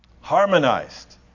harmonized